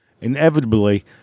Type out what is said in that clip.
Inevitably